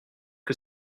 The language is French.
que